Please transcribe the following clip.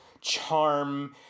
charm